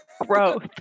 Growth